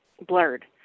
blurred